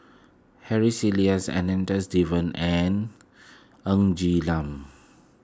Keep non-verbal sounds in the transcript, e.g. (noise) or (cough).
Harry Elias (unintelligible) Devan and Ng Lam